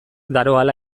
daroala